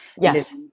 Yes